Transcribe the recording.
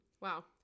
Wow